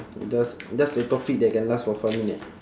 just just a topic that can last for five minute